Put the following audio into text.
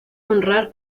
honrar